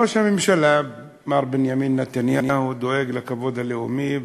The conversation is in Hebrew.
ראש הממשלה מר בנימין נתניהו דואג לכבוד הלאומי,